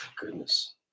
goodness